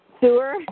Sewer